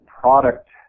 product